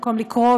במקום לקרוא,